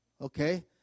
Okay